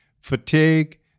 Fatigue